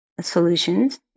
solutions